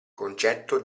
concetto